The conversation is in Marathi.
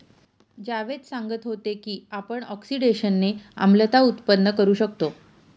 जावेद सांगत होते की आपण ऑक्सिडेशनने आम्लता उत्पन्न करू शकतो